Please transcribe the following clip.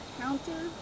counter